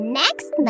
next